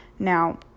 Now